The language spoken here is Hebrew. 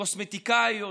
קוסמטיקאיות,